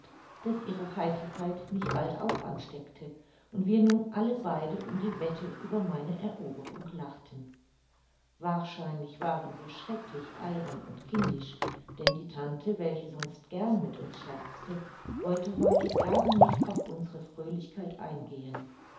daß ihre heiterkeit mich bald auch ansteckte und wir nun alle beide um die wette über meine eroberung lachten wahrscheinlich waren wir schrecklich albern und kindisch denn die tante welche sonst gern mit uns scherzte wollte heute gar nicht auf unsere fröhlichkeit eingehen